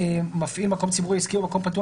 מפעיל מקום ציבורי עסקי או מקום פתוח